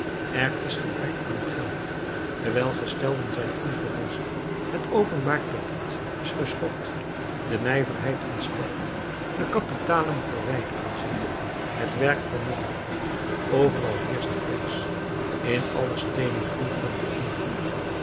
er is gebrek aan geld de welgestelden zijn ongerust het openbaar crediet is geschokt de nijverheid ontsteld de kapitalen verwijderen zich het werk vermindert overal heerscht vrees in alle steden voelt men den invloed